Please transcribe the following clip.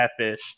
catfished